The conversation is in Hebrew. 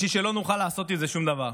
בשביל שלא נוכל לעשות עם זה שום דבר.